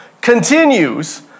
continues